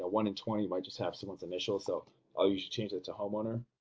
one in twenty might just have someone's initials, so i'll usually change that to homeowner.